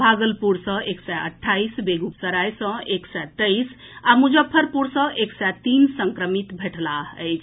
भागलपुर सँ एक सय अट्ठाईस बेगूसराय सँ एक सय तेईस आ मुजफ्फरपुर सँ एक सय तीन संक्रमित भेटलाह अछि